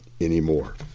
anymore